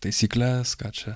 taisykles ką čia